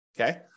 Okay